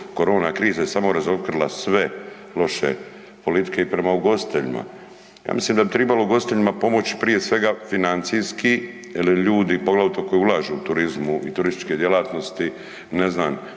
korona kriza je samo razotkrila sve loše politike i prema ugostiteljima. Ja mislim da bi tribalo ugostiteljima pomoć prije svega financijski jel ljudi, poglavito koji ulažu u turizmu i turističke djelatnosti ne znan